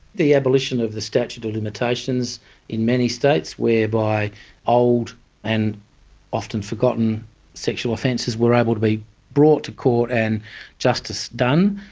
the abolition of the statute of limitations in many states whereby old and often forgotten sexual offences were able to be brought to court and justice done.